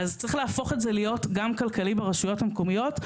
אז צריך להפוך את זה להיות גם כלכלי ברשויות המקומיות.